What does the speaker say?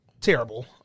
terrible